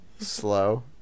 slow